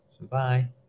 bye